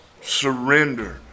Surrender